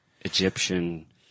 Egyptian